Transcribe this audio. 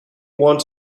want